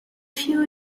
few